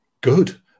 good